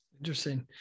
Interesting